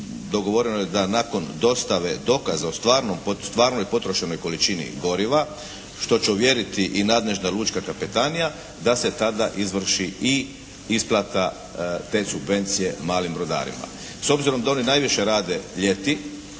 Dogovoreno je da nakon dostave dokaza o stvarnoj potrošenoj količini goriva, što će ovjeriti i nadležna lučka kapetanija, da se tada izvrši i isplata te subvencije malim brodarima. S obzirom da oni najviše rade ljeti,